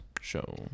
show